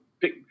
pick